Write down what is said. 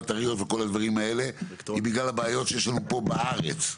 בטריות וכל הדברים האלה היא בגלל הבעיות שיש לנו פה בארץ.